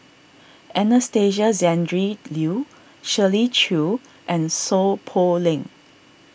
Anastasia Tjendri Liew Shirley Chew and Seow Poh Leng